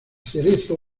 cerezo